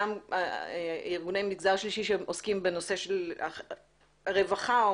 גם ארגוני מגזר שלישי שעוסקים בנושא של רווחה או